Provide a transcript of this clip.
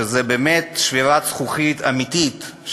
שזו באמת שבירת תקרת זכוכית אמיתית,